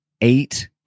eight